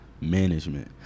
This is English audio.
Management